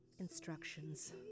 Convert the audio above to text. Instructions